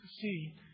see